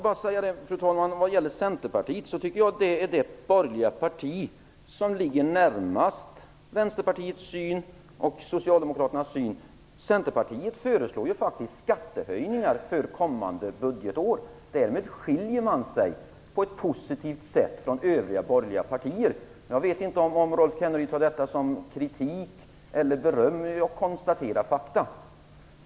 Fru talman! Jag vill om Centerpartiet säga att det är det borgerliga parti vars syn ligger närmast Vänsterpartiets och Socialdemokraternas syn. Centerpartiet föreslår faktiskt skattehöjningar för kommande budgetår. Därmed skiljer man sig på ett positivt sätt från övriga borgerliga partier. Jag vet inte om Rolf Kenneryd uppfattar detta som kritik eller som beröm, men jag konstaterar faktum.